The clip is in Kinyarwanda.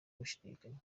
ushidikanya